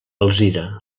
alzira